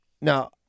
now